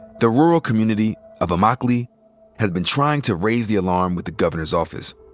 the rural community of immokalee has been trying to raise the alarm with the governor's office.